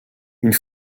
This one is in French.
une